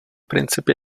princip